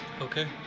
Okay